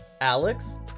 Alex